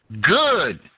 Good